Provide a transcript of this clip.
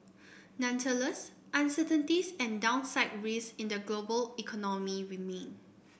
nonetheless uncertainties and downside risks in the global economy remain